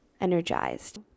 energized